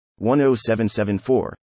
10774